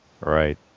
Right